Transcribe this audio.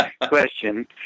question